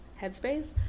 headspace